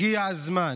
הגיע הזמן,